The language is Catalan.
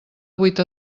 vuit